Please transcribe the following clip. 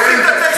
מה עשית תשע שנים?